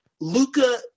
Luca